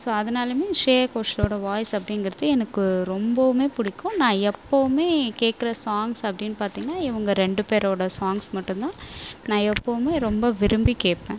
so அதனாலையுமே ஸ்ரேயா கோஷல்ளுடைய voice அப்படிங்கிறது எனக்கு ரொம்பவுமே பிடிக்கும் நான் எப்போவுமே கேட்குற சாங்ஸ் அப்படினு பார்த்திங்கன்னா இவங்க ரெண்டு பேரோட சாங்ஸ் மட்டும்தான் நான் எப்போவுமே ரொம்ப விரும்பி கேட்பன்